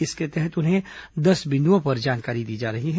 इसके तहत उन्हें दस बिंदुओं पर जानकारी दी जा रही है